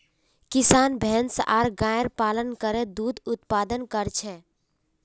किसान भैंस आर गायर पालन करे दूध उत्पाद तैयार कर छेक